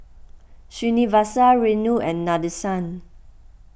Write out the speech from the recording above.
Srinivasa Renu and Nadesan